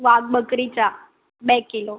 વાઘબકરી ચા બે કિલો